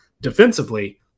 Defensively